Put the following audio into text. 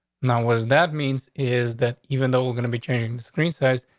now, was that means is that even though we're gonna be changed screen size,